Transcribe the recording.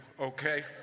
okay